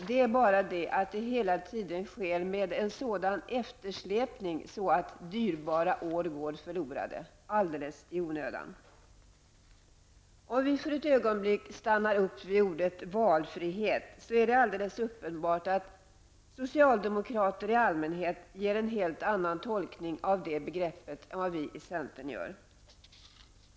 Det är bara det att det hela tiden sker med en sådan eftersläpning att dyrbara år går förlorade alldeles i onödan. Om vi för ett ögonblick stannar upp vid ordet valfrihet är det alldeles uppenbart att socialdemokrater i allmänhet ger det begreppet en helt annan tolkning än vi i centern gör.